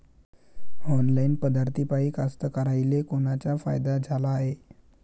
Online पद्धतीपायी कास्तकाराइले कोनकोनचा फायदा झाला हाये?